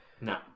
No